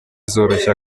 zoroshya